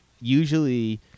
Usually